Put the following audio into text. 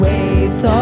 Waves